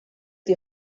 die